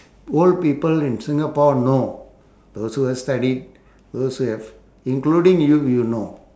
old people in singapore know those who have studied those who have including you you know